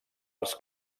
els